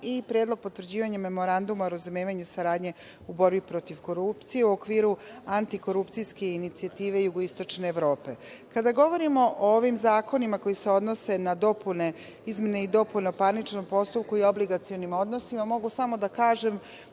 i Predlog potvrđivanja Memoranduma o razumevanju saradnje u borbi protiv korupcije, u okviru antikorupcijske inicijative Jugoistočne evrope. Kada govorimo o ovim zakonima koji se odnose na dopune izmene i dopune o parničnom postupku, i obligacionim odnosima, mogu samo da kažem